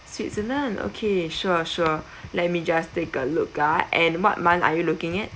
switzerland okay sure sure let me just take a look at and what month are you looking at